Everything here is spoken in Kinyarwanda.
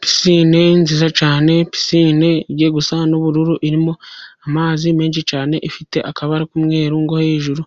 Pisine nziza cyane, pisine igiye gusa n'ubururu irimo amazi menshi cyane, ifite akabara k'umweruru. Nko hejuru